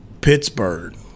Pittsburgh